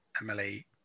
Emily